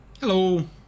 Hello